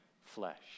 flesh